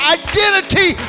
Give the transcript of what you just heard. identity